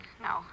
No